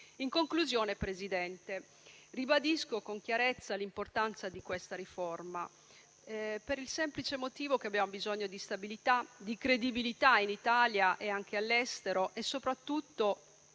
In conclusione, Presidente, ribadisco con chiarezza l'importanza di questa riforma, per il semplice motivo che abbiamo bisogno di stabilità, di credibilità in Italia e anche all'estero e soprattutto,